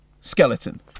skeleton